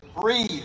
breathe